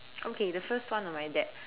okay the first one on my deck